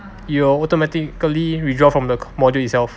you will automatically withdraw from the module itself